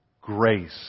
grace